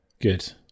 Good